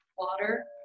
water